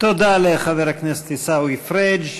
תודה לחבר הכנסת עיסאווי פריג'.